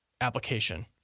application